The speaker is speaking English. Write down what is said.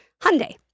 Hyundai